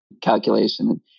calculation